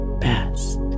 best